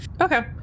okay